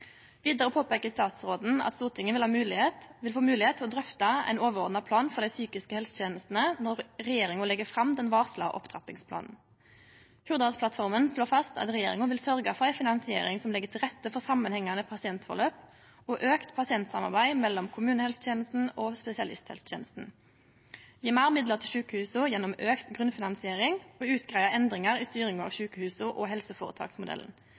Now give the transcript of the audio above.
Vidare påpeiker statsråden at Stortinget vil få moglegheit til å drøfte ein overordna plan for dei psykiske helsetenestene når regjeringa legg fram den varsla opptrappingsplanen. Hurdalsplattforma slår fast at regjeringa vil sørgje for ei finansiering som legg til rette for samanhengande pasientforløp og auka pasientsamarbeid mellom kommunehelsetenesta og spesialisthelsetenesta, gje meir midlar til sjukehusa gjennom auka grunnfinansiering og greie ut endringar i styringa av sjukehusa og helseføretaksmodellen.